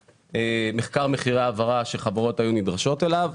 במחקר מחירי העברה שחברות היו נדרשות אליו.